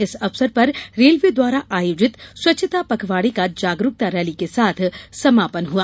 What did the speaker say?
इस अवसर पर रेलवे द्वारा आयोजित स्वच्छता पखवाडे का जागरूकता रैली के साथ समापन हुआ